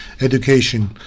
education